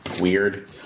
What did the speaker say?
weird